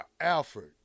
Alfred